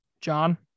John